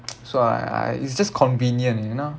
so I I it's just convenient you know